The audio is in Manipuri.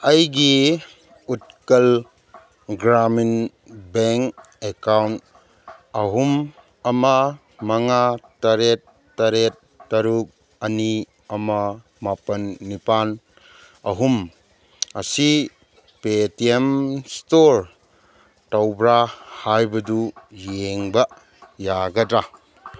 ꯑꯩꯒꯤ ꯎꯠꯀꯜ ꯒ꯭ꯔꯥꯃꯤꯟ ꯕꯦꯡ ꯑꯦꯀꯥꯎꯟ ꯑꯍꯨꯝ ꯑꯃ ꯃꯉꯥ ꯇꯔꯦꯠ ꯇꯔꯦꯠ ꯇꯔꯨꯛ ꯑꯅꯤ ꯑꯃ ꯃꯥꯄꯟ ꯅꯤꯄꯥꯟ ꯑꯍꯨꯝ ꯑꯁꯤ ꯄꯦꯇꯤꯑꯦꯝ ꯁ꯭ꯇꯣꯔ ꯇꯧꯕ꯭ꯔꯥ ꯍꯥꯏꯕꯗꯨ ꯌꯦꯡꯕ ꯌꯥꯒꯗ꯭ꯔꯥ